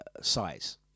size